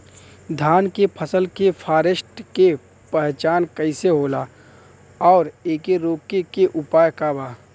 धान के फसल के फारेस्ट के पहचान कइसे होला और एके रोके के उपाय का बा?